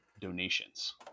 donations